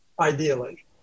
ideally